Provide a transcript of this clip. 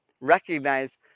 recognize